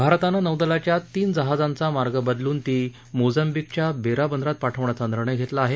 भारतानं नौदलाच्या तीन जहाजांचा मार्ग बदलून ती मोजाम्बिकच्या बेरा बंदरात पाठवण्याचा निर्णय घेतला आहे